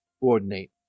coordinate